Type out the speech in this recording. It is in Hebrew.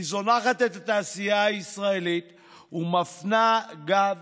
היא זונחת את התעשייה הישראלית ומפנה גב